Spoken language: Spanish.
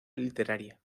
literaria